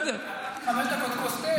הלכתי לחמש דקות לכוס תה.